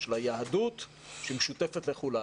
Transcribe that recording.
של היהדות שמשותפת לכולנו.